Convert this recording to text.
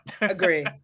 Agree